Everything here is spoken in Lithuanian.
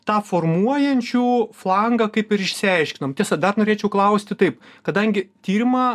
tą formuojančių flangą kaip ir išsiaiškinom tiesa dar norėčiau klausti taip kadangi tyrimą